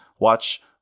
watch